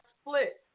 split